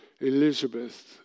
Elizabeth